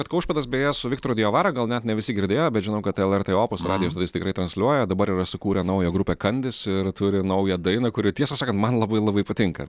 kad kaušpėdas beje su viktoru diavara gal net ne visi girdėjo bet žinom kad lrt opus radijo stotis tikrai transliuoja dabar yra sukūrę naują grupę kandis ir turi naują dainą kuri tiesą sakant man labai labai patinka